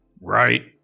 Right